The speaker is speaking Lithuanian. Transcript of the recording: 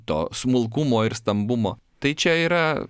to smulkumo ir stambumo tai čia yra